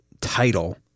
title